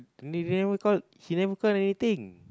never call he never call anything